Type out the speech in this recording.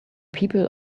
people